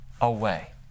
away